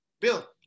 Bill